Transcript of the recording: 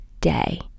day